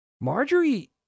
Marjorie